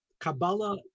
Kabbalah